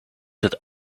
het